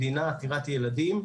מדינה עתירת ילדים,